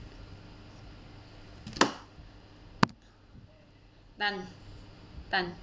done done